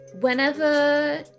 whenever